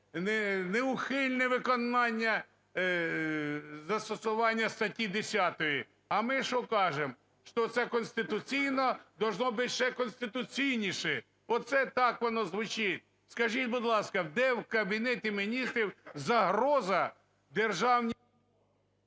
неухильне виконання застосування статті 10. А ми що кажемо? Що це конституційно, должно быть ще конституційніше. Оце так воно звучить. Скажіть, будь ласка, де в Кабінеті Міністрів загроза державній…